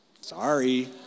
sorry